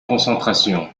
concentration